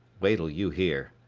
wait'll you hear.